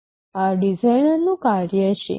આ ડિઝાઇનરનું કાર્ય છે